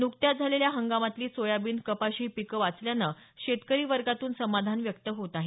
नुकत्याच झालेल्या हंगामातली सोयाबीन कपाशी ही पीकं वाचल्यानं शेतकरी वर्गातून समाधान व्यक्त होत आहे